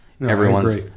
Everyone's